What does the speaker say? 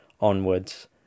onwards